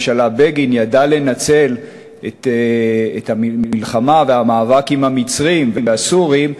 ראש הממשלה בגין ידע לנצל את המלחמה והמאבק עם המצרים והסורים,